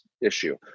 issue